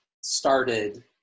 started